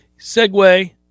Segue